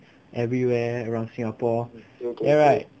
everywhere around singapore then right